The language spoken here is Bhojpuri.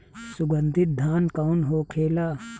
सुगन्धित धान कौन होखेला?